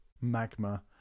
Magma